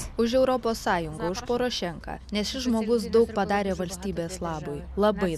už europos sąjungą už porošenką nes šis žmogus daug padarė valstybės labui labai daug